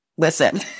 listen